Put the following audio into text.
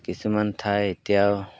কিছুমান ঠাই এতিয়াও